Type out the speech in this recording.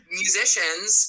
musicians